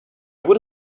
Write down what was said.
would